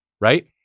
right